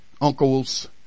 uncles